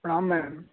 प्रणाम मैम